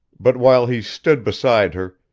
but while he stood beside her,